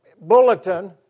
bulletin